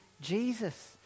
Jesus